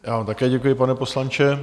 Já vám také děkuji, pane poslanče.